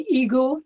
ego